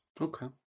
Okay